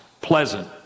pleasant